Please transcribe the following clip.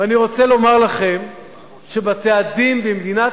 ואני רוצה לומר לכם שבתי-הדין במדינת